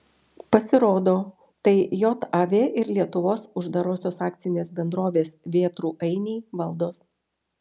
pasirodo tai jav ir lietuvos uždarosios akcinės bendrovės vėtrų ainiai valdos